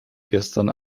gestern